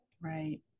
Right